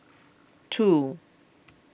two